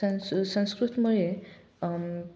संस् संस्कृतमुळे